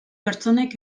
pertsonek